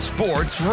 Sports